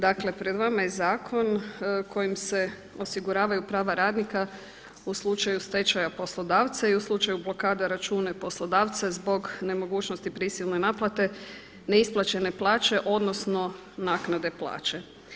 Dakle pred vama je zakon kojim se osiguravaju prava radnika u slučaju stečaja poslodavca i u slučaju blokada računa i poslodavca zbog nemogućnosti prisilne naknade, neisplaćene plaće odnosno naknade plaće.